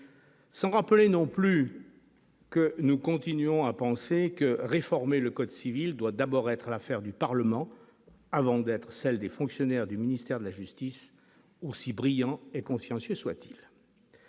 sans rappeler non plus que nous continuons à penser que réformer le Code civil doit d'abord être l'affaire du Parlement avant d'être celle des fonctionnaires du ministère de la justice, aussi brillant et consciencieux soit-ils,